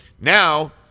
now –